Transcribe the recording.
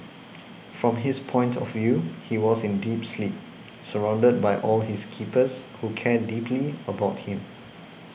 from his point of view he was in deep sleep surrounded by all his keepers who care deeply about him